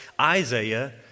Isaiah